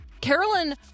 Carolyn